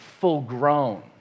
full-grown